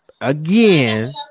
Again